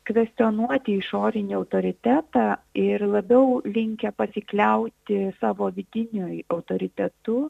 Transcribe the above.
kvestionuoti išorinį autoritetą ir labiau linkę pasikliauti savo vidiniu autoritetu